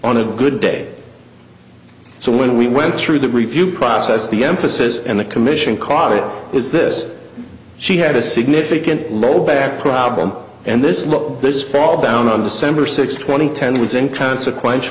on a good day so when we went through the review process the emphasis and the commission caught it was this she had a significant mole back problem and this look this fall down on december sixth two thousand and ten was inconsequential